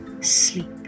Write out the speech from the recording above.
sleep